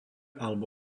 alebo